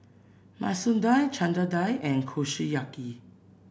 Masoor Dal Chana Dal and Kushiyaki